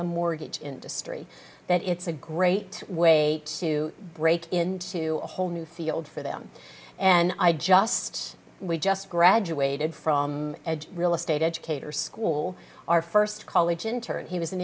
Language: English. the mortgage industry that it's a great way to break into a whole new field for them and i just we just graduated from real estate educator school our first college intern he was an